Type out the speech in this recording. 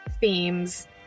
themes